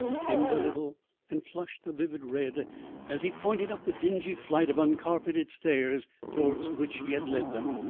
hemmed a little and flushed a vivid red as he pointed up the dingy flight of uncarpeted stairs towards which he had led them.